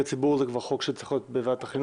ציבור זה כבר חוק שצריך להיות בוועדת החינוך?